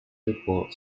reports